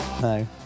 no